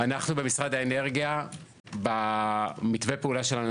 אנחנו במשרד האנרגיה במתווה הפעולה שלנו